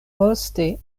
poste